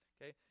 Okay